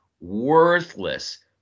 worthless